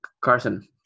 Carson